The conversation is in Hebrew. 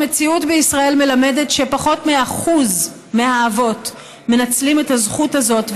המציאות בישראל מלמדת שפחות מ-1% מהאבות מנצלים את הזכות הזאת,